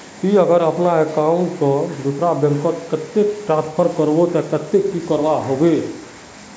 ती अगर अपना अकाउंट तोत दूसरा बैंक कतेक ट्रांसफर करबो ते कतेक की करवा होबे बे?